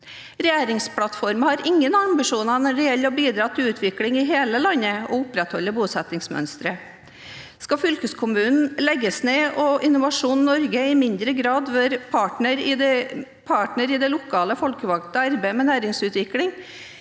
Regjeringsplattformen har ingen ambisjoner når det gjelder å bidra til utvikling i hele landet og å opprettholde bosettingsmønsteret. Skal fylkeskommunen legges ned og Innovasjon Norge i mindre grad være partner i det lokale, folkevalgte arbeid med næringsutvikling,